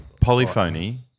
polyphony